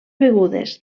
begudes